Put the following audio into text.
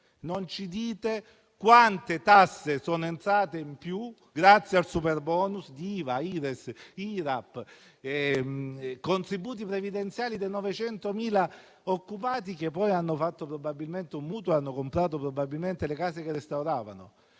non ci dite quante tasse sono entrate in più grazie al superbonus di IVA, Ires, Irap e contributi previdenziali dei 900.000 occupati, che poi hanno fatto probabilmente un mutuo e comprato le case che restauravano?